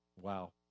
Wow